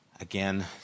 Again